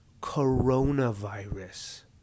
coronavirus